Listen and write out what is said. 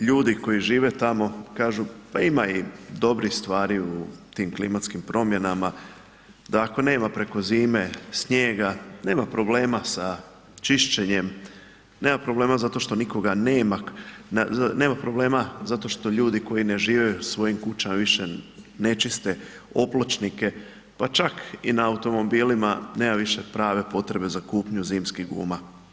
Ali onda ljudi koji žive tamo kažu, pa ima i dobrih stvari u tim klimatskim promjenama, da ako nema preko zime snijega nema problema sa čišćenjem, nema problema zato što nikoga nema, nema problema zato što ljudi koji ne žive u svojim kućama više nečiste opločnike, pa čak i na automobilima nema više prave potrebe za kupnju zimskih guma.